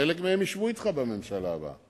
חלק מהם ישבו אתך בממשלה הבאה,